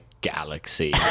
galaxy